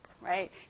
right